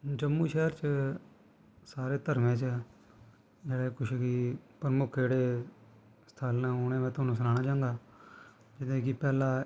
जम्मू शैह्र च सारे धर्में च जेह्ड़े कुछ कि प्रमुख जेह्ड़े स्थल न उ'नें गी में थुआनूं सनाना चांह्गा जियां कि पैह्ला ऐ